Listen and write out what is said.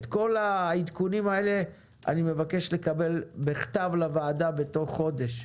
את כל העדכונים האלה אני מבקש לקבל בכתב לוועדה בתוך חודש.